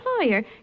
employer